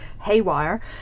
Haywire